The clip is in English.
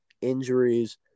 injuries